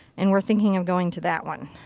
and we're thinking of going to that one.